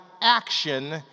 action